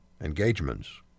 engagements